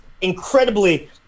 incredibly